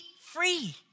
free